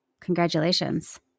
Congratulations